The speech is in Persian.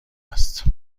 است